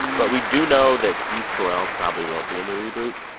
but we do know that steve carell probably won't be in the reboot.